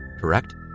correct